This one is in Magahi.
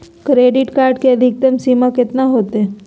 क्रेडिट कार्ड के अधिकतम सीमा कितना होते?